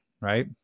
Right